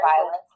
violence